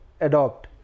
adopt